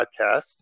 podcast